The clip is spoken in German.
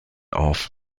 auf